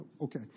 Okay